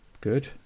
Good